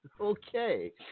Okay